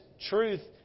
truth